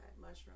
mushroom